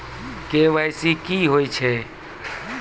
KYC की होय छै?